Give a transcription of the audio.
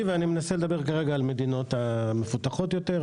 ואני מנסה לדבר כרגע על המדינות המפותחות יותר.